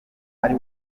ari